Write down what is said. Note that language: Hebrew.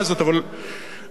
אבל האמת,